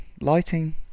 lighting